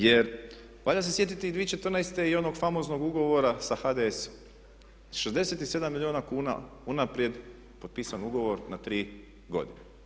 Jer valja se sjetiti i 2014. i onog famoznog ugovora sa HDS-om 67 milijuna kuna unaprijed potpisan ugovor na 3 godine.